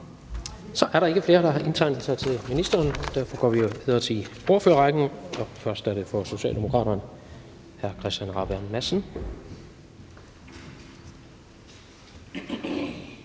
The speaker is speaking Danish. Så er der ikke flere, der har indtegnet sig til korte bemærkninger til ministeren. Derfor går vi videre til ordførerrækken, og først er det for Socialdemokraterne hr. Christian Rabjerg Madsen.